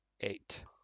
eight